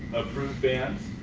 approved bands.